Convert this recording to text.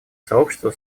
сообщество